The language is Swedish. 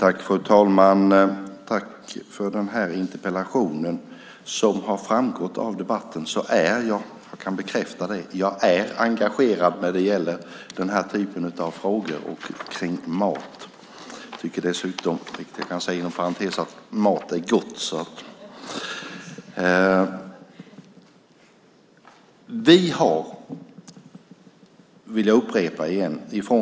Fru talman! Tack för den här interpellationen. Det har framgått av debatten och jag kan bekräfta att jag är engagerad när det gäller den här typen av frågor om mat. Jag tycker dessutom att mat är gott.